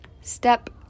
Step